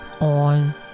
on